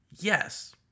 yes